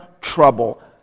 trouble